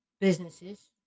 businesses